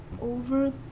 over